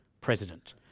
president